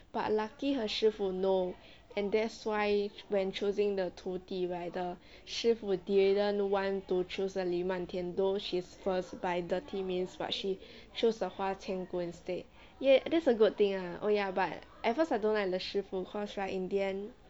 but lucky her 师父 know and that's why when choosing the 徒弟 right the 师父 didn't want to choose the 霓漫天 though she's first by dirty means but she choose the 花千骨 instead ya that's a good thing ah oh ya but at first I don't like the 师父 course right in the end